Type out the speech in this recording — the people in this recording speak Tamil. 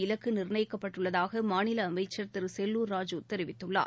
இலக்குநிர்ணயிக்கப்பட்டுள்ளதாகமாநிலஅமைச்சர் திருசெல்லூர் ராஜூ தெரிவித்துள்ளார்